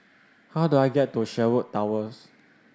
how do I get to Sherwood Towers